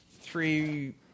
three